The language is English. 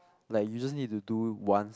like you just need to do once